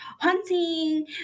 hunting